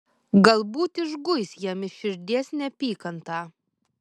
galbūt išguis jam iš širdies neapykantą